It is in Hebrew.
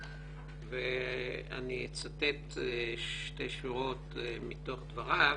ואני אצטט שתי שורות מתוך דבריו.